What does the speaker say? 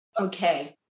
Okay